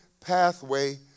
pathway